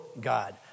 God